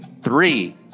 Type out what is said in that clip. three